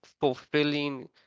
fulfilling